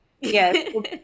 Yes